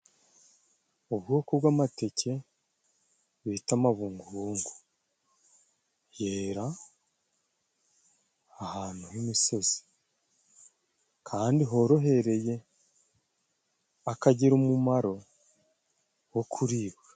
Ubwoko bw'amateke bita amabungubungu yera ahantu h'imisozi kandi horohereye akagira umumaro wo kuribwa.